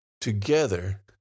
together